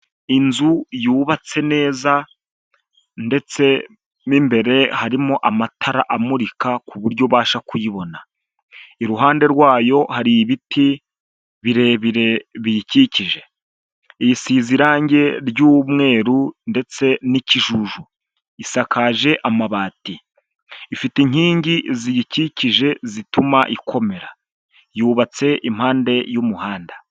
Inzu yubatse neza ndetse mo imbere harimo amatara amurika ku buryo ubasha kuyibona, iruhande rwayo hari ibiti birebire biyikikije, isize irange ry'umweru ndetse n'ikijuju, isakaje amabati, ifite inkingi ziyikikije zituma ikomera, yubatse impande y'umuhanda.